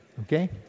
Okay